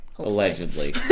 Allegedly